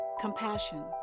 Compassion